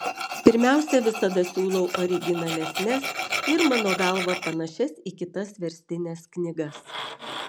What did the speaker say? pirmiausia visada siūlau originalesnes ir mano galva nepanašias į kitas verstines knygas